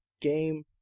game